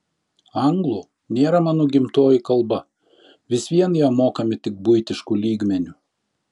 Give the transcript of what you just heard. anglų nėra mano gimtoji kalba vis vien ją mokame tik buitišku lygmeniu